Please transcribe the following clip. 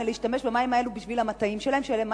מלהשתמש במים האלה בשביל המטעים שלהם,